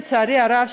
לצערי הרב,